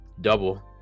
double